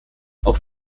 auch